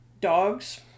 dogs